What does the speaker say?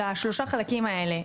תתייחסי לשלושת החלקים האלה,